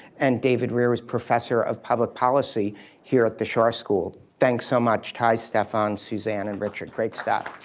and david rehr is professor of public policy here at the schar school. thanks so much ty, stefan suzanne and richard. great staff.